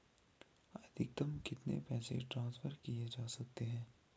अधिकतम कितने पैसे ट्रांसफर किये जा सकते हैं?